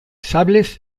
sables